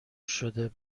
شده